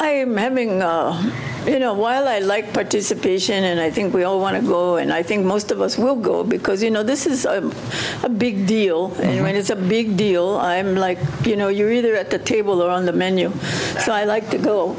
i am having you know while i like participation and i think we all want to go and i think most of us will go because you know this is a big deal it is a big deal i'm like you know you're either at the table or on the menu so i like to go